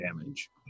damage